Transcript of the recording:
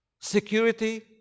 security